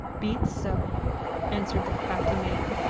be it so answered the crafty maiden.